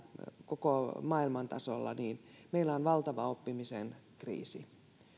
koko maailman tasolla niin meillä on valtava oppimisen kriisi